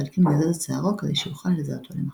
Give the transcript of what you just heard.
ועל כן גזז את שערו כדי שיוכל לזהותו למחרת.